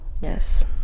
Yes